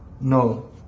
No